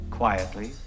quietly